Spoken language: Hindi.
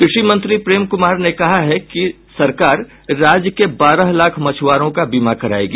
कृषि मंत्री प्रेम कुमार ने कहा है कि सरकार राज्य के बारह लाख मछुआरों का बीमा करायेगी